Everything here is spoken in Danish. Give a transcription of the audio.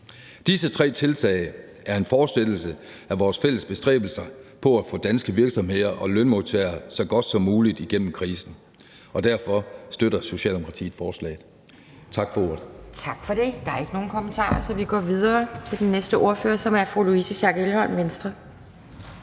Disse tre tiltag er en fortsættelse af vores fælles bestræbelser på at få danske virksomheder og lønmodtagere så godt som muligt igennem krisen, og derfor støtter Socialdemokratiet forslaget. Tak for ordet. Kl. 18:11 Anden næstformand (Pia Kjærsgaard): Tak for det. Der er ikke nogen kommentarer, så vi går videre til den næste ordfører, som er fru Louise Schack Elholm, Venstre.